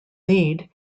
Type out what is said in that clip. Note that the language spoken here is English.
lead